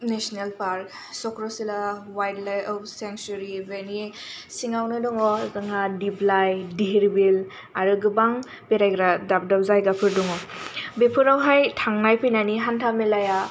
national park Chakrashila wildlife sanctuary बेनि सिङावनो दङ जोंहा दिबलाइ दिहिरबिल आरो गोबां बेरायग्रा दाब दाब जायगाफोर दङ बेफोरावहाय थांनाय फैनायनि हान्था मेलाया